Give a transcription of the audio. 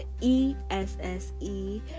E-S-S-E